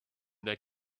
that